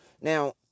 Now